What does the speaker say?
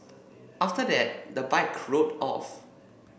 after that the bike rode off